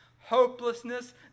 hopelessness